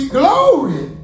glory